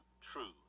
true